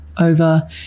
over